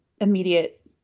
Immediate